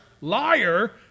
liar